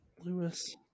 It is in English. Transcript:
Lewis